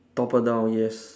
topple down yes